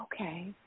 okay